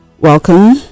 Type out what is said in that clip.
welcome